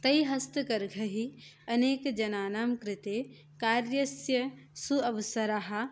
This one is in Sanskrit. तैः हस्तकरघैः अनेकजनानाङ्कृते कार्यस्य सुअवसरः